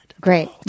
Great